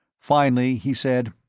finally he said,